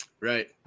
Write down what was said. Right